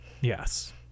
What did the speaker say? Yes